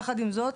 יחד עם זאת,